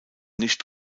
nicht